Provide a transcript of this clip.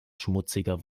schmutziger